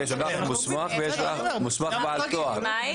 צריכה להיות איזושהי הבדלה.